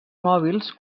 mòbils